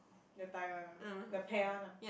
that time one ah the pear one ah